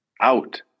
Out